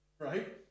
right